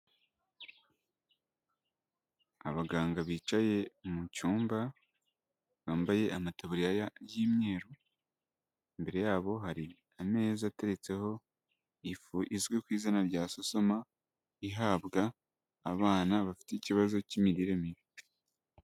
Abaganga bicaye mu cyumba bambaye amataburiya y'imweru, imbere yabo hari ameza ateretseho ifu izwi ku izina rya sosoma, ihabwa abana bafite ikibazo k'imirire mibi.